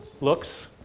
looks